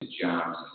jobs